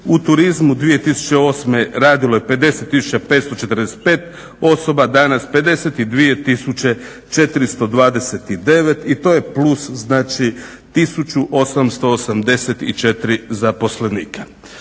U turizmu 2008.radilo je 50 tisuća 545 osoba, danas 52 tisuće 429 i to je plus znači 1884 zaposlenika.